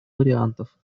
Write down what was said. вариантов